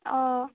অঁ